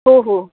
हो हो